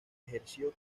ejerció